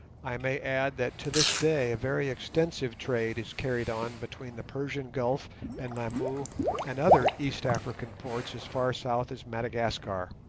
i may add that to this day a very extensive trade is carried on between the persian gulf and lamu and other east african ports as far south as madagascar,